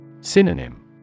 Synonym